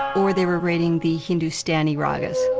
or they were rating the hindustani ragas.